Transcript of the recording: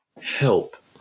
help